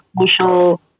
social